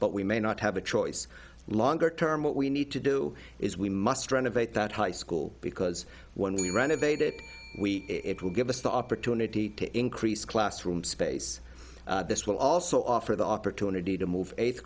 but we may not have a choice longer term what we need to do is we must renovate that high school because when we renovated we it will give us the opportunity to increase classroom space this will also offer the opportunity to move eighth